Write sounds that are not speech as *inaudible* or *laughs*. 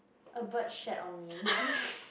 a bird shat on me *laughs*